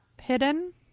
hidden